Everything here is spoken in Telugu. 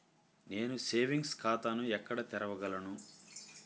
నేను సేవింగ్స్ ఖాతాను ఎక్కడ తెరవగలను?